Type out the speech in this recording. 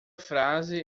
frase